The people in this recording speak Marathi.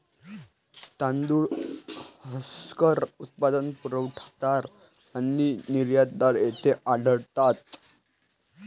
तांदूळ हस्कर उत्पादक, पुरवठादार आणि निर्यातदार येथे आढळतात